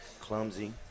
clumsy